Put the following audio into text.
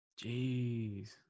Jeez